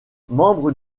membre